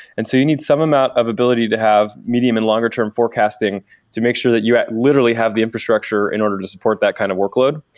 and so you need some amount of ability to have medium and longer-term forecasting to make that you literally have the infrastructure in order to support that kind of workload.